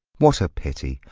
what a pity!